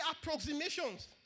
approximations